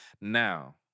Now